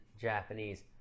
Japanese